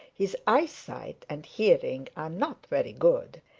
his eyesight and hearing are not very good,